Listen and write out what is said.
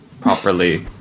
properly